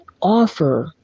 offer